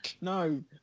No